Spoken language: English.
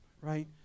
right